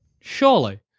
surely